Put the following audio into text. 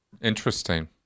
Interesting